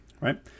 right